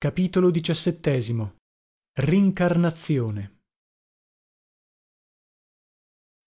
e a incarnazione